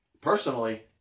Personally